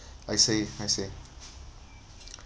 I see I see